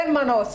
אין מנוס,